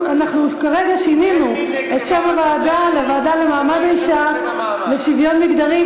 אנחנו כרגע שינינו את שם הוועדה לוועדה למעמד האישה ולשוויון מגדרי.